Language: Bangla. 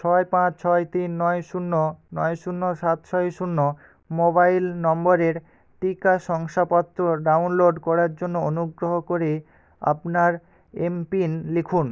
ছয় পাঁচ ছয় তিন নয় শূন্য নয় শূন্য সাত ছয় শূন্য মোবাইল নম্বরের টিকা শংসাপত্র ডাউনলোড করার জন্য অনুগ্রহ করে আপনার এমপিন লিখুন